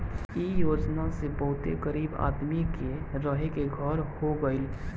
इ योजना से बहुते गरीब आदमी के रहे के घर हो गइल